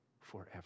forever